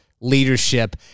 leadership